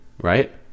right